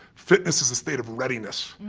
fitness is a state of readiness.